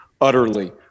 utterly